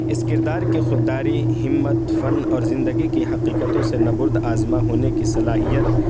اس کردار کی خود داری ہمت فن اور زندگی کی حقیقتوں سے نبرد آزما ہونے کی صلاحیت